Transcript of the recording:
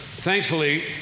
Thankfully